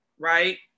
Right